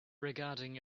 regarding